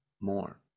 more